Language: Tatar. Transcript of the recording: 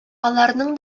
аларның